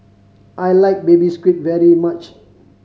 I like Baby Squid very much